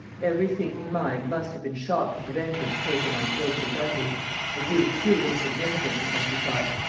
every thinking mind must have been shocked at the vengeance taken on guildford dudley a youth too insignificant, it might be thought,